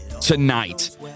Tonight